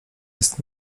jest